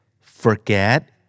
forget